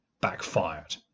backfired